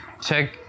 check